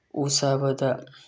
ꯎ ꯁꯥꯕꯗ